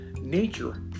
Nature